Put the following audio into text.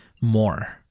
more